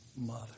mother